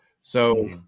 So-